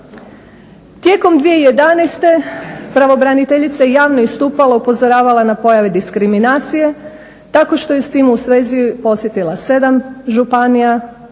Tijekom 2011. pravobraniteljica je javno istupala i upozoravala na pojave diskriminacije tako što je s tim u svezi posjetila 7 županija,